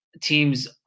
teams